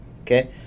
okay